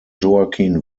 joaquin